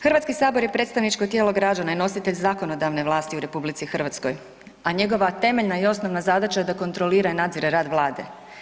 HS je predstavničko tijelo građana i nositelj zakonodavne vlasti u RH, a njegova temeljna i osnovna zadaća je da kontrolira i nadzire rad vlade.